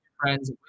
friends